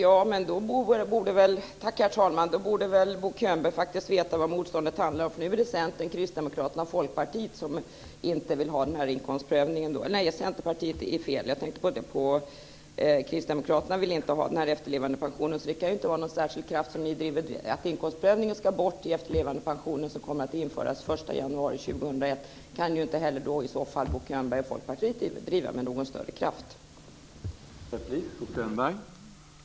Herr talman! Då borde väl Bo Könberg veta vad motståndet handlar om. Kristdemokraterna vill ju inte ha efterlevandepensionen, så det kan inte vara med särskilt stor kraft som frågan drivs om att inkomstprövningen ska bort vad gäller den efterlevandepension som kommer att införas den 1 januari 2001. I så fall kan alltså inte heller Bo Könberg och Folkpartiet med någon större kraft driva frågan.